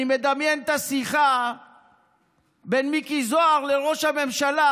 אני מדמיין את השיחה בין מיקי זוהר לראש הממשלה.